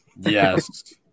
Yes